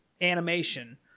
animation